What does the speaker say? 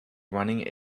running